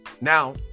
Now